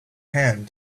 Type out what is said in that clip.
hand